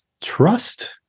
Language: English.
trust